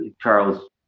Charles